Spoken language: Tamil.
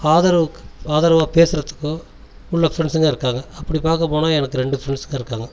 ஆதரவு ஆதரவா பேசுகிறத்துக்கும் உள்ள ஃப்ரெண்ட்ஸ்சுங்க இருக்காங்கள் அப்படி பார்க்க போனால் எனக்கு ரெண்டு ஃப்ரெண்ட்ஸ்ங்க இருக்காங்கள்